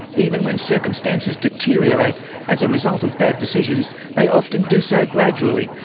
even when circumstances deteriorate as a result of bad decisions, they often do so gradually,